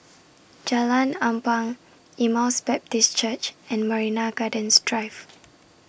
Jalan Ampang Emmaus Baptist Church and Marina Gardens Drive